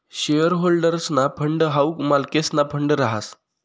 share होल्डर्सना fund हाऊ मालकेसना फंड रहास